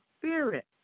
spirit